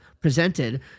presented